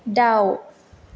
दाउ